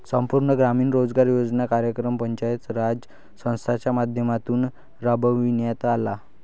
संपूर्ण ग्रामीण रोजगार योजना कार्यक्रम पंचायती राज संस्थांच्या माध्यमातून राबविण्यात आला